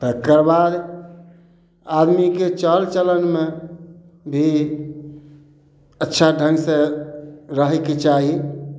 तकर बाद आदमीके चालि चलनमे भी अच्छा ढङ्गसँ रहयके चाही